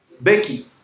Becky